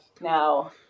now